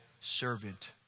servant